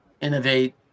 innovate